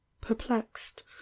perplexed